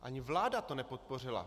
Ani vláda to nepodpořila.